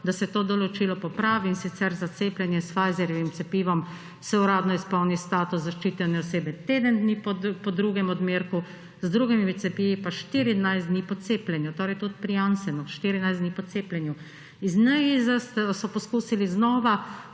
da se to določilo popravi, in sicer za cepljenje s Pfizerjevim cepivom se uradno izpolni status zaščitene osebe teden dni po drugem odmerku, z drugimi cepivi pa 14 dni po cepljenju; torej tudi pri Janssenu 14 dni po cepljenju. Iz NIJZ so poskusili znova,